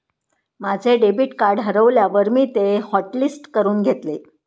माझे debit card हरवल्यावर मी ते हॉटलिस्ट करून घेतले